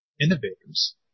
innovators